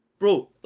Bro